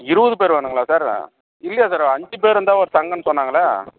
இருபது பேர் வேணுங்களா சார் இல்லையே சார் அஞ்சுப் பேர் இருந்தால் ஒரு சங்கம்னு சொன்னாங்களே